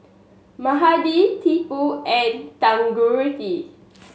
Mahade Tipu and Tanguturi